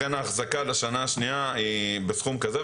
לכן האחזקה לשנה השנייה היא בסכום כזה.